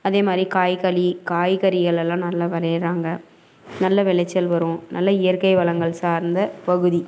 அதே மாதிரி காய்கள் காய்கறிகள் எல்லாம் நல்லா வெளையிறாங்க நல்ல விளச்சல் வரும் நல்ல இயற்கை வளங்கள் சார்ந்த பகுதி